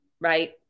right